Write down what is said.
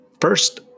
First